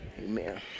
Amen